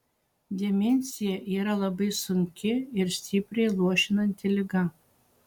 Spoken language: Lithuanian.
demencija yra labai sunki ir stipriai luošinanti liga